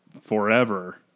forever